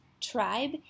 tribe